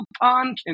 coupon